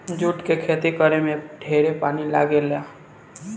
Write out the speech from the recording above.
जुट के खेती करे में ढेरे पानी लागेला